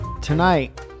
Tonight